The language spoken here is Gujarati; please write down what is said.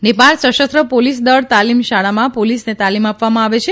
નેપાળ સશસ્ત્ર પોલીસ દળ તાલીમ શાળામાં પોલીસને તાલીમ આપવામાં આવે છે